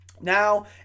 Now